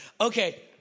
okay